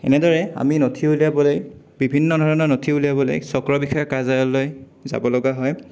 এনেদৰে আমি নথি উলিয়াবলৈ বিভিন্ন ধৰণৰ নথি উলিয়াবলৈ চক্ৰবিষয়াৰ কাৰ্যালয়লৈ যাব লগা হয়